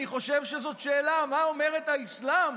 אני חושב שזאת שאלה מה אומר האסלאם